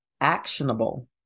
actionable